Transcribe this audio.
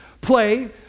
play